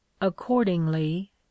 accordingly